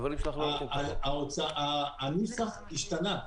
הנוסח השתנה.